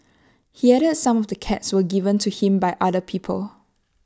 he added some of the cats were given to him by other people